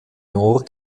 nor